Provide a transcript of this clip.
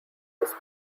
this